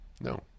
No